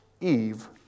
Eve